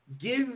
give